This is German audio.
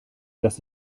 dass